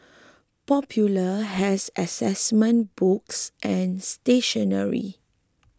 popular has assessment books and stationery